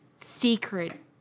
secret